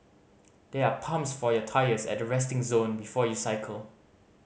there are pumps for your tyres at the resting zone before you cycle